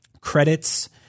credits